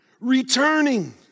Returning